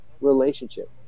relationship